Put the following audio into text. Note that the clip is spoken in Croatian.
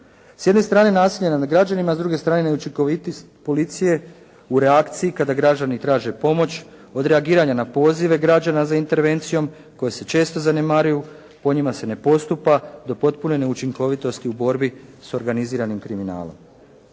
S jedne strane nasilje nad građanima, a s druge strane neučinkovitost policije u reakciji kada građani traže pomoć, odreagiranja na pozive građana za intervencijom koja se često zanemaruju. Po njima se ne postupa do potpune neučinkovitosti u borbi s organiziranim kriminalom.